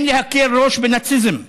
אין להקל ראש בנאציזם.